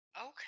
Okay